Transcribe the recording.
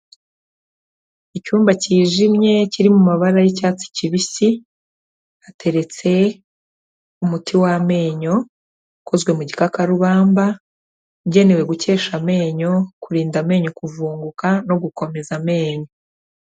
Icyumba kijimye kiri mu mabara y'icyatsi kibisi, hateretse umuti w'amenyo, ukozwe mu gikakarubamba ugenewe gukesha amenyo, kurinda amenyo kuvunguka no gukomeza amenyo.